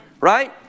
Right